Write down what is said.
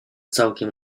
całkiem